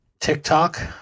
TikTok